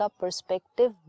perspective